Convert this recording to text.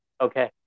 Okay